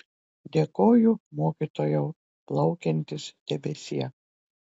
dėkoju mokytojau plaukiantis debesie